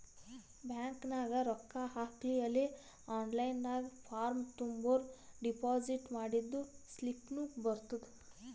bank ನಾಗ್ ರೊಕ್ಕಾ ಹಾಕಿ ಅಲೇ ಆನ್ಲೈನ್ ನಾಗ್ ಫಾರ್ಮ್ ತುಂಬುರ್ ಡೆಪೋಸಿಟ್ ಮಾಡಿದ್ದು ಸ್ಲಿಪ್ನೂ ಬರ್ತುದ್